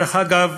דרך אגב,